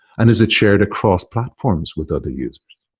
and is it shared across platforms with other users?